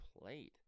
played